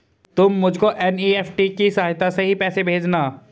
तुम मुझको एन.ई.एफ.टी की सहायता से ही पैसे भेजना